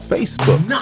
Facebook